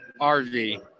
RV